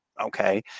okay